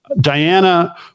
Diana